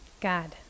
God